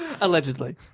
Allegedly